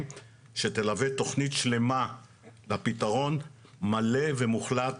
שתלווה תכנית שלמה לפתרון מלא ומוחלט